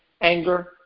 anger